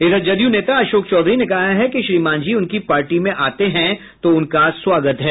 इधर जदयू नेता अशोक चौधरी ने कहा है कि श्री मांझी उनकी पार्टी में आते हैं तो उनका स्वागत है